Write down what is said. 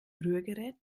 rührgerät